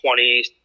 20